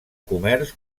comerç